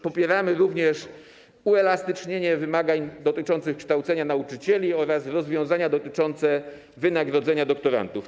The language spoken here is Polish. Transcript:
Popieramy również uelastycznienie wymagań dotyczących kształcenia nauczycieli oraz rozwiązania dotyczące wynagrodzenia doktorantów.